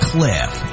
Cliff